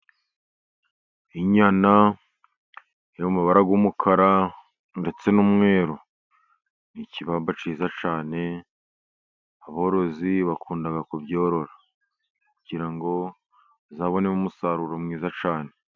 Inyana y'amabara y'umukara ndetse n'umweru ni ikibamba cyiza cyane, aborozi bakunda kuzorora, kugira ngo bazabonemo umusaruro mwiza cyane.